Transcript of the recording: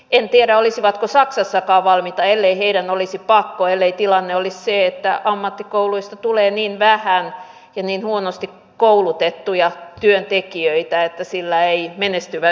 en tiedä olisivatko saksassakaan valmiita ellei heidän olisi pakko ja ellei tilanne olisi se että ammattikouluista tulee niin vähän ja niin huonosti koulutettuja työntekijöitä että heillä ei menestyvä yritys pärjää